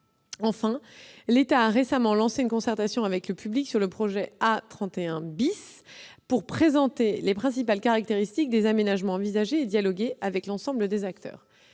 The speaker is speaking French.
que l'État a récemment lancé une concertation avec le public sur le projet de l'A31 pour présenter les principales caractéristiques des aménagements envisagés et dialoguer avec l'ensemble des acteurs.